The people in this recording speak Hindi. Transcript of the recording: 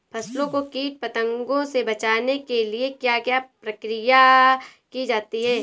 फसलों को कीट पतंगों से बचाने के लिए क्या क्या प्रकिर्या की जाती है?